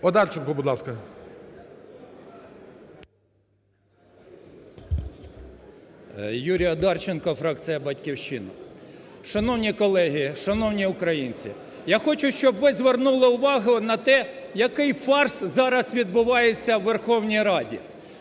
Юрій Одарченко, фракція "Батьківщина" Шановні колеги! Шановні українці! Я хочу, щоб ви звернули увагу на те, який фарс зараз відбувається у Верховній Раді.